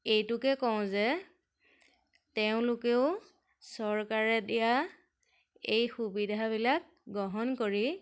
এইটোকে কওঁ যে তেওঁলোকেও চৰকাৰে দিয়া এই সুবিধাবিলাক গ্ৰহণ কৰি